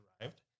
arrived